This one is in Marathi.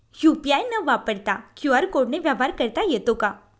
यू.पी.आय न वापरता क्यू.आर कोडने व्यवहार करता येतो का?